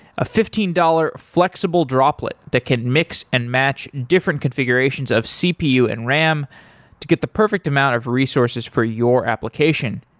a fifteen dollars flexible droplet that can mix and match different configurations of cpu and ram to get the perfect amount of resources for your application.